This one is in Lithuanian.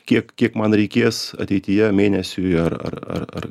kiek kiek man reikės ateityje mėnesiui ar ar ar